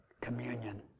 communion